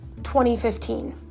2015